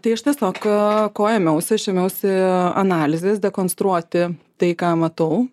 tai aš tiesiog ko ėmiausi aš ėmiausi analizės dekonstruoti tai ką matau